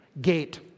Gate